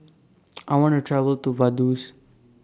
I want to travel to Vaduz